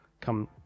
come